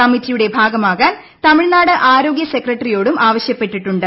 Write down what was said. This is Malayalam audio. കമ്മറ്റി യുടെ ഭാഗമാകാൻ തമിഴ്നാട് ആരോഗ്യ സെക്രട്ടറിയോടും ആവശ്യപ്പെട്ടിട്ടുണ്ട്